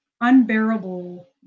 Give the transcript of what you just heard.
unbearable